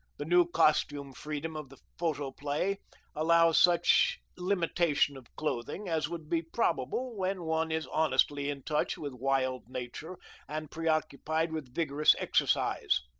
the new costume freedom of the photoplay allows such limitation of clothing as would be probable when one is honestly in touch with wild nature and preoccupied with vigorous exercise.